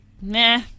nah